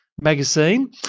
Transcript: magazine